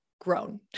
grown